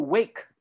Wake